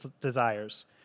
desires